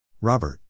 Robert